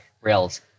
rails